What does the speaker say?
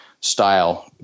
style